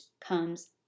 comes